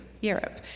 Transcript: Europe